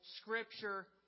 scripture